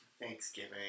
Thanksgiving